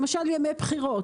למשל ימי בחירות.